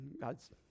God's